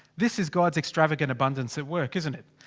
this is god's extravagant abundance at work, isn't it?